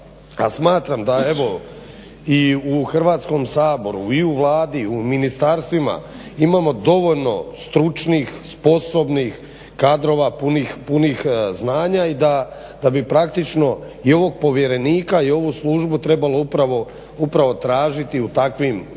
smatram da evo i u Hrvatskom saboru i u Vladi i u ministarstvima imamo dovoljno stručnih, sposobnih kadrova punih znanja i da bi praktično i ovog povjerenika i ovu službu trebalo upravo tražiti u takvim službama,